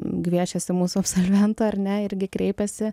gviešiasi mūsų absolventų ar ne irgi kreipiasi